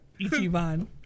Ichiban